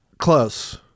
close